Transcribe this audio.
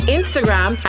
Instagram